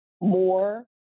more